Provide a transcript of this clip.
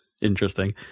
interesting